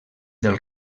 del